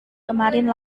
kemarin